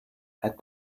had